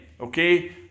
okay